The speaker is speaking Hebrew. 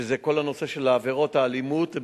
שזה כל הנושא של עבירות אלימות,